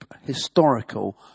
historical